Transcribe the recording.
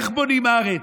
איך בונים ארץ?